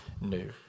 new